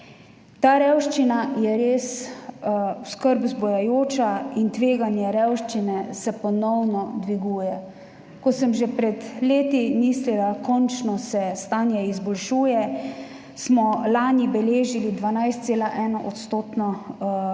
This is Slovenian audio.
Ta revščina je res skrb vzbujajoča in tveganje revščine se ponovno dviguje. Ko sem že pred leti mislila, končno se stanje izboljšuje, smo lani beležili 12,1-odstotno tveganje